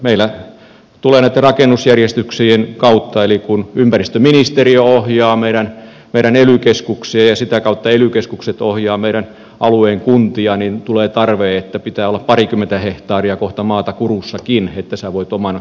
meillä tulee näitten rakennusjärjestyksien kautta kun ympäristöministeriö ohjaa meidän ely keskuksia ja sitä kautta ely keskukset ohjaavat meidän alueen kuntia tarve että pitää olla kohta parikymmentä hehtaaria maata kurussakin että voit oman omakotitalon sinne rakentaa